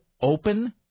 open